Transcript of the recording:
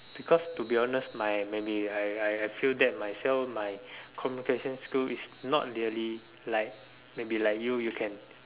because to be honest my maybe I I I feel that myself my communication skill is not really like maybe like you you can